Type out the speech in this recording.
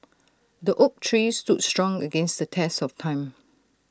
the oak tree stood strong against the test of time